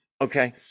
okay